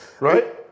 Right